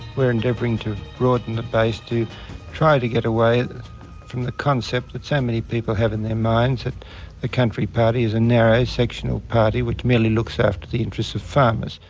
we're endeavouring to broaden the base to try to get away from the concept that so many people have in their minds that the country party is a narrow, sectional party which merely looks after the interests of farmers.